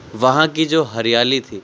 وہاں کی جو ہریالی تھی